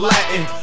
Latin